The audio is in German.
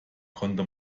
konnte